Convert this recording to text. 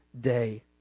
day